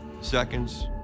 seconds